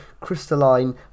crystalline